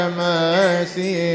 mercy